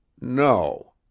No